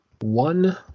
one